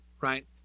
right